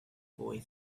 boy